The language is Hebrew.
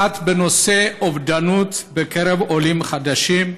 אחת בנושא אובדנות בקרב עולים חדשים,